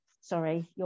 Sorry